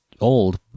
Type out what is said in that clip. old